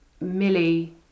Millie